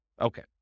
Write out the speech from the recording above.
okay